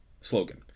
slogan